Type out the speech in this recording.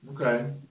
Okay